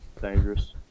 dangerous